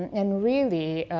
and really,